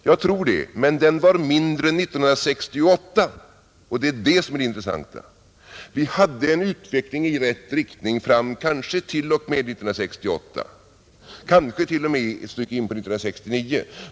Jag tror det, men den var mindre 1968, och det är det intressanta. Vi hade en utveckling i rätt riktning fram till 1968, kanske t.o.m. ett stycke in på 1969.